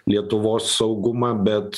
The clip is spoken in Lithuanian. lietuvos saugumą bet